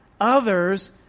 Others